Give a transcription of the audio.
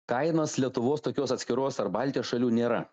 kainos lietuvos tokios atskiros ar baltijos šalių nėra